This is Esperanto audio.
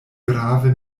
grave